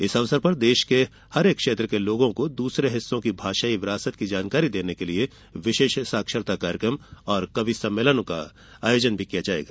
इस अवसर पर देश के प्रत्येक क्षेत्र के लोगों को दूसरे हिस्सों की भाषाई विरासत की जानकारी देने के लिए विशेष साक्षरता कार्यक्रम और कवि सम्मेलनों का आयोजन किया जाएगा